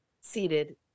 seated